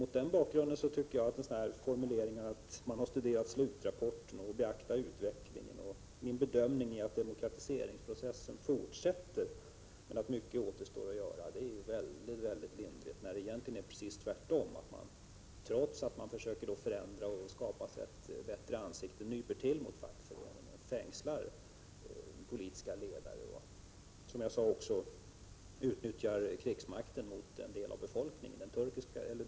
Mot den bakgrunden tycker jag att formuleringar som ”man har studerat slutrapporten”, ”beakta utvecklingen” och ”min bedömning är att demokratiseringsprocessen fortsätter, men att mycket återstår att göra” är synnerligen milda när det egentligen förhåller sig precis tvärtom. Trots att man försöker förändra och skapa ett bättre ansikte, nyper man alltså till mot fackföreningen och fängslar politiska ledare. Som jag sade utnyttjar man också krigsmakten mot en del av befolkningen.